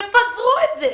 תפזרו את זה,